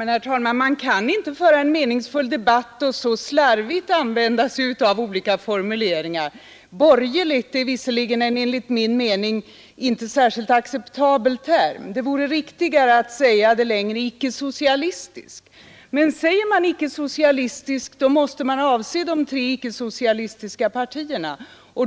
Herr talman! Man kan ju inte föra en meningsfull debatt om man använder olika formuleringar så slarvigt. Uttrycket borgerlig är enligt min mening inget särskilt bra uttryck. Det vore riktigare att säga icke-socialistisk. Men säger man borgerlig måste det avse de tre icke-socialistiska partierna, och